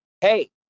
hey